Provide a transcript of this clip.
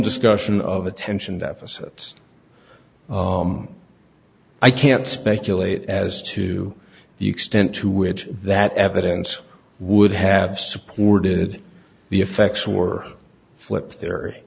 discussion of attention deficit i can't speculate as to the extent to which that evidence would have supported the effects were flipped the